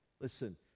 listen